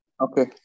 Okay